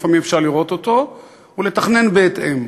לפעמים אפשר לראות אותו ולתכנן בהתאם.